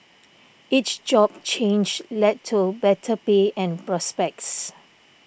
each job change led to better pay and prospects